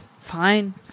Fine